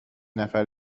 نفر